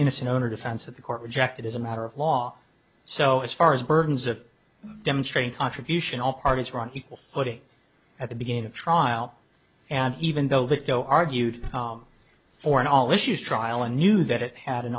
innocent owner defense that the court rejected as a matter of law so as far as burdens of demonstrating contribution all parties were on equal footing at the beginning of trial and even though the doe argued for an all issues trial and knew that it had an